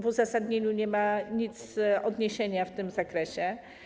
W uzasadnieniu nie ma odniesienia w tym zakresie.